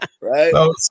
Right